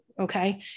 okay